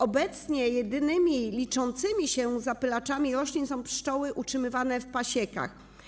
Obecnie jedynymi liczącymi się zapylaczami roślin są pszczoły utrzymywane w pasiekach.